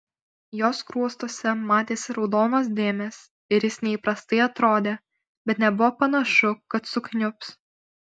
jo skruostuose matėsi raudonos dėmės ir jis neįprastai atrodė bet nebuvo panašu kad sukniubs